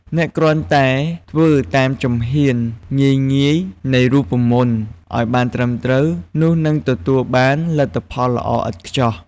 អ្នកគ្រាន់តែធ្វើតាមជំហានងាយៗនៃរូបមន្តឱ្យបានត្រឹមត្រូវ នោះនឹងទទួលបានលទ្ធផលល្អឥតខ្ចោះ។